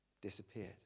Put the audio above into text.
disappeared